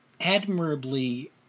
admirably